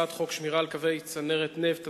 הצעת חוק שמירה על קווי צנרת נפט,